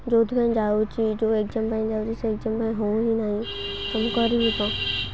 ଯେଉଁଥିପାଇଁ ଯାଉଛି ଯେଉଁ ଏକ୍ଜାମ ପାଇଁ ଯାଉଛି ସେ ଏକ୍ସାମ ପାଇଁ ହଉ ହିଁ ନାହିଁ ତ ମୁଁ କରିବି କ'ଣ